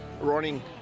running